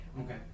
okay